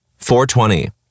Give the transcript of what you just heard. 420